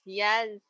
yes